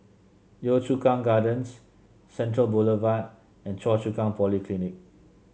Yio Chu Kang Gardens Central Boulevard and Choa Chu Kang Polyclinic